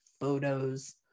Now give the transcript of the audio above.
photos